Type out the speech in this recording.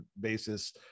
basis